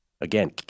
Again